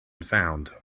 found